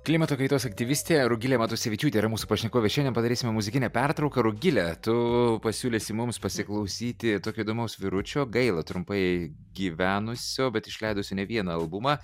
klimato kaitos aktyvistė rugilė matusevičiūtė yra mūsų pašnekovė šiandien padarysime muzikinę pertrauką rugile tu pasiūlysi mums pasiklausyti tokio įdomaus vyručio gaila trumpai gyvenusio bet išleidusio ne vieną albumą